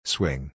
Swing